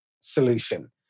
solution